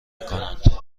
کنند